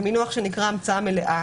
במינוח שנקרא המצאה מלאה,